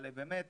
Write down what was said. אבל באמת